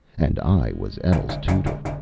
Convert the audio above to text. and i was etl's tutor.